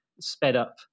sped-up